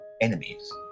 enemies